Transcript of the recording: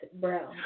bro